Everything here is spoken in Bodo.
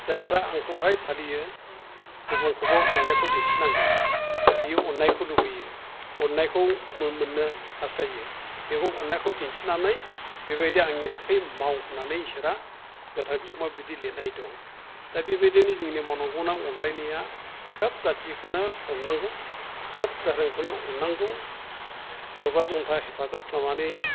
जायफ्रा आंखौहाय फालियो गुबुनखौबो अननायखौ दिन्थिनांगोन बियो अननायखौ लुगैयो अननायखौ मोन्नो हास्थायो बेखौ अननायखौ दिन्थिनानै बेबायदि आंनि थाखाय माव होन्नानै इसोरा गोथार बिजामाव बिदि लिरनाय दं दा बेबायदिनो जोंनि मावनांगोनां अनज्लायनाया सोब जाथिखौनो अननांगौ सोब दोहोरोमखौनो अननांगौ जबा जमथा बेजाब हेफाजाब खालामनानै